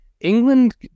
England